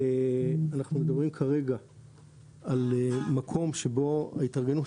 כרגע אנחנו מדברים על מקום שבו ההתארגנות